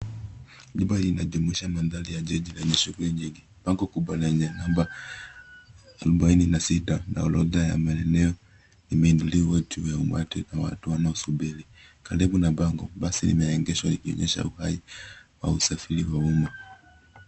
Jumba inajumuisha mandhari ya jiji lenye shughuli nyingi. Bango kubwa lenye namba 46 na orodha ya maeneo imeunuliwa juu ya umati na watu wanaosubiri. Karibu na bango basi limeegeshwa likioneyesha uhai wa usafiri wa umma.